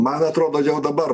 man atrodo jau dabar